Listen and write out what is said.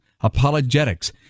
apologetics